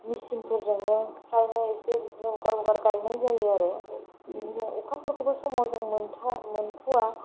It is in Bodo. मेचिनफोरजोंनो फ्रायनो इसे बिदिनो हगार हगार गायनाय जायो आरो बेनिखायनो अखाफोरखौबो समाव मोनथ'आ